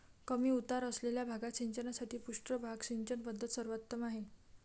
कमी उतार असलेल्या भागात सिंचनासाठी पृष्ठभाग सिंचन पद्धत सर्वोत्तम आहे